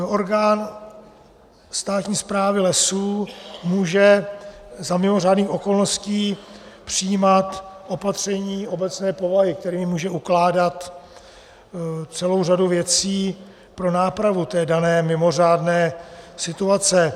Orgán státní správy lesů může za mimořádných okolností přijímat opatření obecné povahy, kterými může ukládat celou řadu věcí pro nápravu té dané mimořádné situace.